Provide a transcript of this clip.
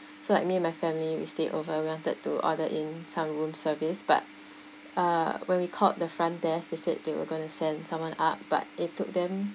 so like me and my family we stayed over we wanted to order in some room service but uh when we called the front desk they said they were going to send someone up but it took them